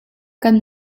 kan